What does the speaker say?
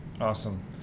Awesome